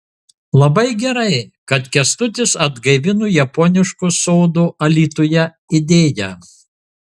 labai gerai kad kęstutis atgaivino japoniško sodo alytuje idėją